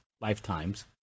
lifetimes